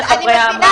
יסירו.